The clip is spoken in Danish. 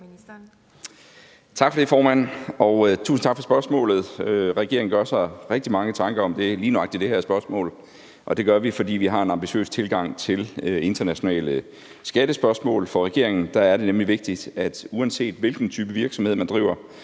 Tak for det, formand, og tusind tak for spørgsmålet. Regeringen gør sig rigtig mange tanker om lige nøjagtig det her spørgsmål, og det gør vi, fordi vi har en ambitiøs tilgang til internationale skattespørgsmål. For regeringen er det nemlig vigtigt, at uanset hvilken type virksomhed man driver,